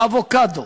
אבוקדו,